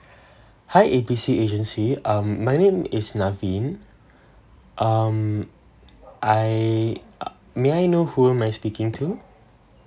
hi A B C agency um my name is navin um I may I know who am I speaking to